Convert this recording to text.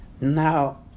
Now